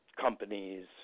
companies